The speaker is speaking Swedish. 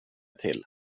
till